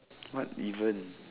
what even